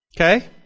Okay